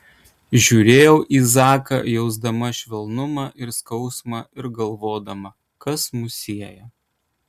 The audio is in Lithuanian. žiūrėjau į zaką jausdama švelnumą ir skausmą ir galvodama kas mus sieja